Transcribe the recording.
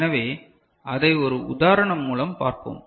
எனவே அதை ஒரு உதாரணம் மூலம் பார்ப்போம்